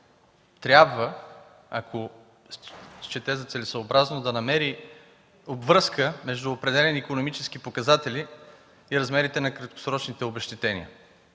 трябва, ако счете за целесъобразно, да намери обвръзка между определени икономически показатели и размерите на краткосрочните обезщетения.